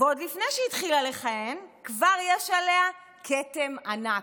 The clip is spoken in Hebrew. ועוד לפני שהיא התחילה לכהן כבר יש עליה כתם ענק.